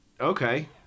Okay